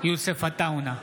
יוסף עטאונה,